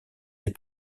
des